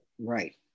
Right